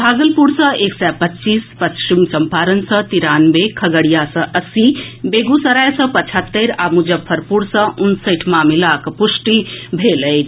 भागलपुर सँ एक सय पच्चीस पश्चिम चंपारण सँ तिरानवे खगड़िया सँ अस्सी बेगूसराय सँ पचहत्तरि आ मुजफ्फरपुर सँ उनसठि मामिलाक पुष्टि भेल अछि